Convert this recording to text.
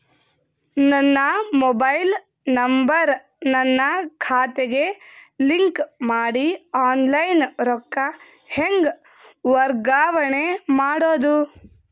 ನನ್ನ mobile number ನನ್ನ ಖಾತೆಗೆ ಲಿಂಕ್ ಮಾಡಿ ಆನ್ಲೈನ್ ರೊಕ್ಕ ಹೆಂಗ ವರ್ಗಾವಣೆ ಮಾಡೋದು?